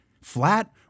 Flat